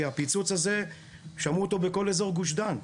כי הפיצוץ הזה שמעו אותו בכל אזור גוש דן.